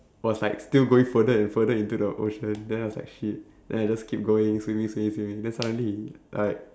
was like still going further and further into the ocean then I was like shit then I just keep going swimming swimming swimming then suddenly he like